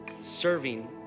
serving